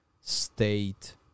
state